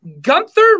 Gunther